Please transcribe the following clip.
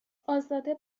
ازاده